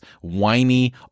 whiny